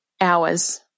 hours